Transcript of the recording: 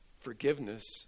forgiveness